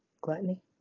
Gluttony